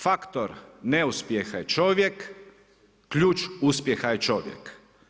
Faktor neuspjeha je čovjek, ključ uspjeha je čovjek.